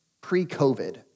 pre-COVID